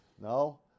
No